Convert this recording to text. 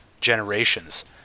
generations